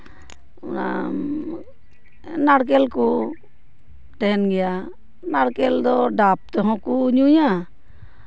ᱚᱱᱟ ᱱᱟᱲᱠᱮᱞ ᱠᱚ ᱛᱟᱦᱮᱱ ᱜᱮᱭᱟ ᱱᱟᱲᱠᱮᱞ ᱫᱚ ᱰᱟᱵᱽ ᱛᱮᱦᱚᱸ ᱠᱚ ᱧᱩᱭᱟ